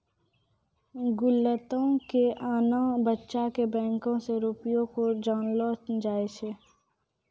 गुल्लको के एना बच्चा के बैंको के रुपो मे जानलो जाय छै